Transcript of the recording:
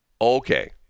Okay